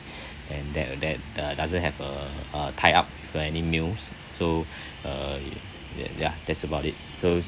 and that uh that uh doesn't have a a tie up for any meals so uh ya ya that's about it so